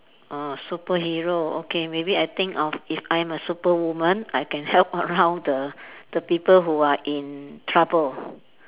uh superhero okay maybe I think of if I'm a Superwoman I can help around the the people who are in trouble